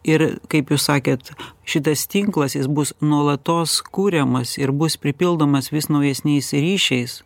ir kaip jūs sakėt šitas tinklas jis bus nuolatos kuriamas ir bus pripildomas vis naujesniais ryšiais